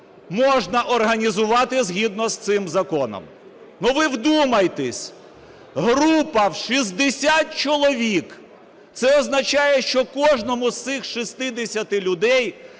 можна організувати згідно з цим законом. Ну, ви вдумайтеся, група в 60 чоловік, це означає, що кожному з цих 60 людей